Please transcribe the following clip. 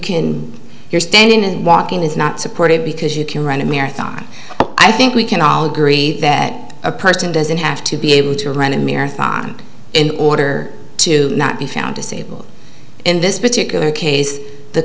can you're standing and walking is not supported because you can run a marathon i think we can all agree that a person doesn't have to be able to run a marathon in order to not be found disabled in this particular case the